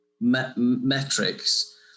metrics